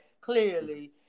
Clearly